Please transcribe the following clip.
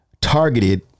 targeted